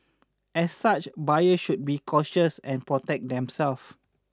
as such buyers should be cautious and protect themselves